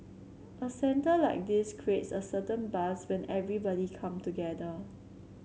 a centre like this creates a certain buzz when everybody come together